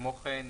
כמו כן,